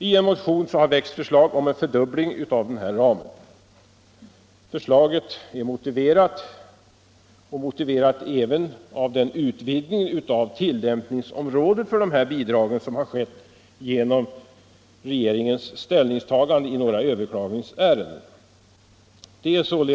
I motion har väckts förslag om en fördubbling av ramen. Förslaget är motiverat även av den utvidgning av tillämpningsområdet för dessa bidrag som skett genom regeringens ställningstagande i några överklagningsärenden.